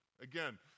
Again